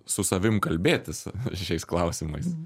su savim kalbėtis šiais klausimais